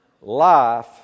Life